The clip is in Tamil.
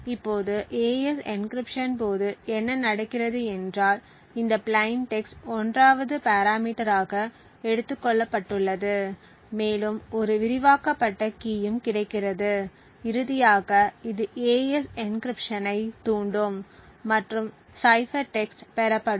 இப்போது AES எனகிரிப்ட்ஷன் போது என்ன நடக்கிறது என்றால் இந்த பிளைன் டெக்ஸ்ட் 1 வது பேராமீட்டர் ஆக எடுத்துக் கொள்ளப்பட்டுள்ளது மேலும் ஒரு விரிவாக்கப்பட்ட கீயும் கிடைக்கிறது இறுதியாக இது AES எனகிரிப்ட்ஷன் ஐ தூண்டும் மற்றும் சைபர் டெக்ஸ்ட் பெறப்படும்